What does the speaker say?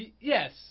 Yes